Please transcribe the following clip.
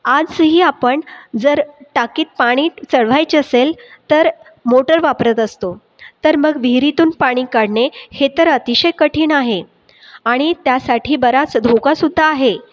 आजही आपण जर टाकीत पाणी चढवायचे असेल तर मोटर वापरत असतो तर मग विहिरीतून पाणी काढणे हे तर अतिशय कठीण आहे आणि त्यासाठी बराच धोकासुद्धा आहे